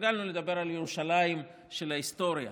התרגלנו לדבר על ירושלים של ההיסטוריה.